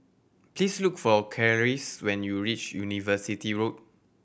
please look for Clarice when you reach University Road